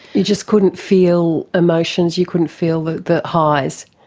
you just couldn't feel emotions, you couldn't feel the the highs?